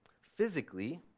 Physically